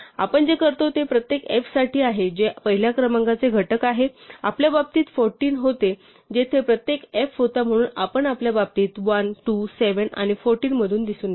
आपण जे करतो ते प्रत्येक f साठी आहे जे पहिल्या क्रमांकाचे घटक आहे आपल्या बाबतीत 14 होते जेथे प्रत्येक f होता म्हणून आपण आपल्या बाबतीत 1 2 7 आणि 14 मधून दिसून येते